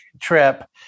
trip